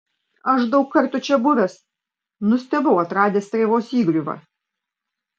aš daug kartų čia buvęs nustebau atradęs strėvos įgriuvą